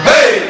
Hey